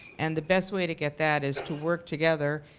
and the best way to get that is to work together,